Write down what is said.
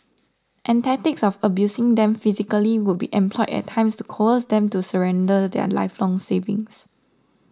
and tactics of abusing them physically would be employed at times to coerce them to surrender their lifelong savings